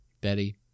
Betty